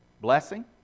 blessing